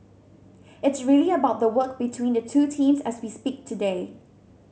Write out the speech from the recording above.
it's really about the work between the two teams as we speak today